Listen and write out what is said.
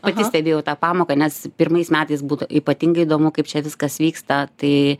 pati stebėjau tą pamoką nes pirmais metais būtų ypatingai įdomu kaip čia viskas vyksta tai